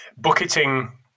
bucketing